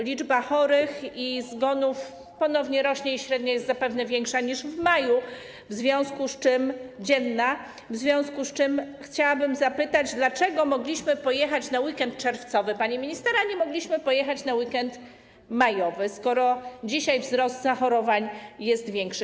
Liczba chorych i zgonów ponownie rośnie i średnia jest zapewne większa niż w maju, dzienna, w związku z czym chciałabym zapytać, dlaczego mogliśmy pojechać na weekend czerwcowy, pani minister, a nie mogliśmy pojechać na weekend majowy, skoro dzisiaj wzrost zachorowań jest większy.